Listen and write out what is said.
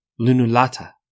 Lunulata